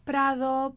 Prado